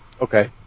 Okay